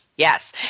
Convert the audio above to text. Yes